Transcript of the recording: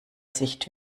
sicht